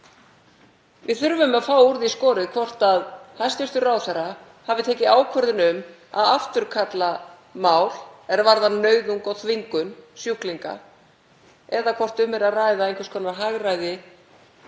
Við þurfum að fá úr því skorið hvort hæstv. ráðherra hafi tekið ákvörðun um að afturkalla mál er varðar nauðung og þvingun sjúklinga eða hvort um er að ræða einhvers konar hagræði